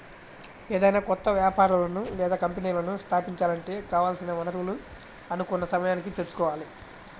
ఏదైనా కొత్త వ్యాపారాలను లేదా కంపెనీలను స్థాపించాలంటే కావాల్సిన వనరులను అనుకున్న సమయానికి తెచ్చుకోవాలి